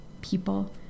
people